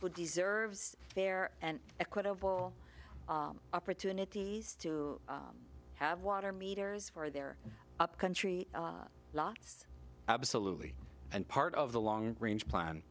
who deserves fair and equitable opportunities to have water meters for their upcountry lots absolutely and part of the long range plan